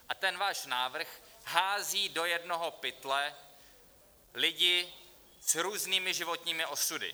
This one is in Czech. A ten váš návrh hází do jednoho pytle lidi s různými životními osudy.